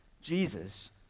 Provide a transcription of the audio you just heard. Jesus